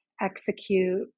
execute